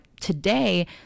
today